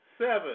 seven